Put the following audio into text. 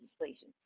legislation